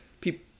people